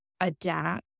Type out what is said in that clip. adapt